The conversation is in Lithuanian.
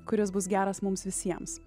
kuris bus geras mums visiems